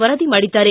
ವರದಿ ಮಾಡಿದ್ದಾರೆ